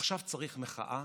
עכשיו צריך מחאה